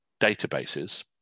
databases